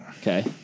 Okay